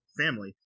family